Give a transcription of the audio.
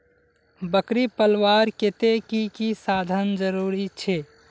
बकरी पलवार केते की की साधन जरूरी छे?